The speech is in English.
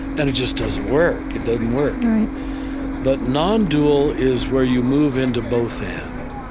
and it just doesn't work. it doesn't work but non-dual is where you move into both and,